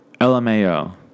LMAO